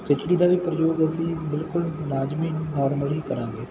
ਖੁਸ਼ੀ ਦਾ ਵੀ ਪ੍ਰਯੋਗ ਅਸੀਂ ਬਿਲਕੁਲ ਲਾਜਮੀ ਨੋਰਮਲੀ ਕਰਾਂਗੇ